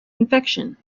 infection